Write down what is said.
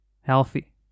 healthy